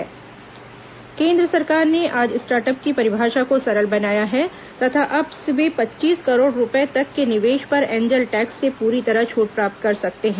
सरकार स्टार्टअप केंद्र सरकार ने आज स्टार्टअप की परिभाषा को सरल बनाया है तथा अब वे पच्चीस करोड़ रुपये तक के निवेश पर एंजल टैक्स से पूरी तरह छूट प्राप्त कर सकते हैं